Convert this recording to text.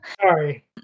Sorry